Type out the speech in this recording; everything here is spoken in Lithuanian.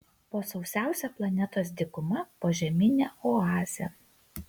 po sausiausia planetos dykuma požeminė oazė